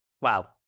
Wow